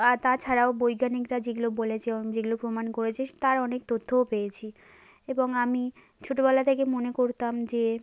আর তাছাড়াও বৈজ্ঞানিকরা যেগুলো বলেছেন যেগুলো প্রমাণ করেছে তার অনেক তথ্যও পেয়েছি এবং আমি ছোটোবেলা থেকে মনে করতাম যে